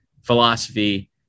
philosophy